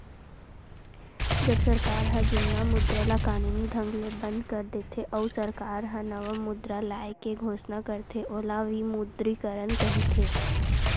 जब सरकार ह जुन्ना मुद्रा ल कानूनी ढंग ले बंद कर देथे, अउ सरकार ह नवा मुद्रा लाए के घोसना करथे ओला विमुद्रीकरन कहिथे